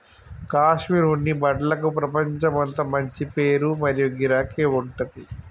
కాశ్మీర్ ఉన్ని బట్టలకు ప్రపంచమంతా మంచి పేరు మరియు గిరాకీ ఉంటది